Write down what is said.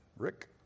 Rick